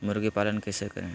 मुर्गी पालन कैसे करें?